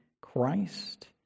Christ